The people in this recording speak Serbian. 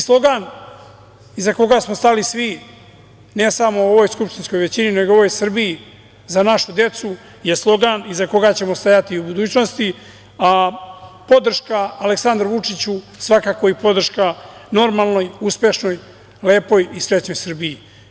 Slogan iza koga smo stali svi, ne samo u ovoj skupštinskoj većini, nego u ovoj Srbiji za našu decu je slogan iza koga ćemo stajati i u budućnosti, a podrška Aleksandru Vučiću svakako je podrška normalnoj, uspešnoj, lepoj i srećnoj Srbiji.